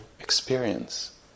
experience